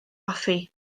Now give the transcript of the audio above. hoffi